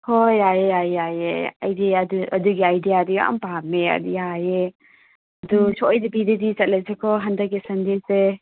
ꯍꯣꯏ ꯌꯥꯏꯑꯦ ꯌꯥꯏꯑꯦ ꯌꯥꯏꯑꯦ ꯑꯩꯗꯤ ꯑꯗꯨ ꯑꯗꯨꯒꯤ ꯑꯥꯏꯗꯤꯌꯥꯗꯨ ꯌꯥꯝ ꯄꯥꯝꯃꯦ ꯑꯗꯨ ꯌꯥꯏꯑꯦ ꯑꯗꯨ ꯁꯣꯏꯗꯕꯤꯗꯗꯤ ꯆꯠꯂꯁꯤꯀꯣ ꯍꯟꯗꯛꯀꯤ ꯁꯟꯗꯦꯁꯦ